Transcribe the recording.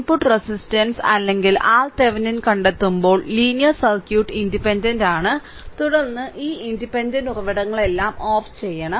input resistance അല്ലെങ്കിൽ RThevenin കണ്ടെത്തുമ്പോൾ linear circuit ഇൻഡിപെൻഡന്റാണ് തുടർന്ന് ഈ ഇൻഡിപെൻഡന്റ് ഉറവിടങ്ങളെല്ലാം ഓഫ് ചെയ്യണം